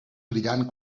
brillant